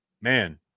man